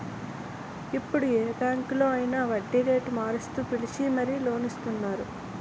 ఇప్పుడు ఏ బాంకులో అయినా వడ్డీరేటు మారుస్తూ పిలిచి మరీ లోన్ ఇస్తున్నారు